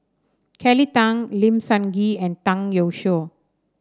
Kelly Tang Lim Sun Gee and Zhang Youshuo